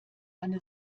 eine